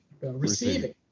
receiving